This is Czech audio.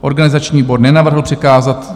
Organizační výbor nenavrhl přikázat...